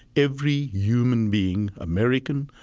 every human being american,